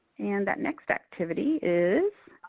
and that next activity is